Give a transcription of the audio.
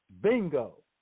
bingo